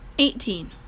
Eighteen